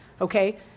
Okay